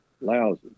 lousy